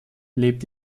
lebt